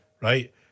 right